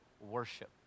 worship